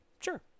Sure